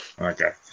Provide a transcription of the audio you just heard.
Okay